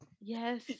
Yes